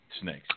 snakes